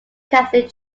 catholic